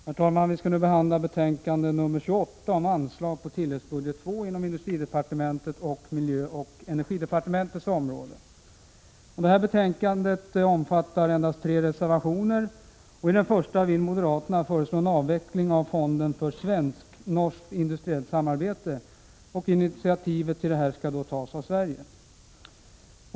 Herr talman! Vi behandlar nu näringsutskottets betänkande 1986/87:28 om anslag på tilläggsbudget II inom industridepartementets och miljöoch energidepartementets område. Till betänkandet finns endast tre reservationer. I den första föreslår moderaterna en avveckling av fonden för svensk-norskt industriellt samarbete, och initiativet till detta skall tas av Sverige.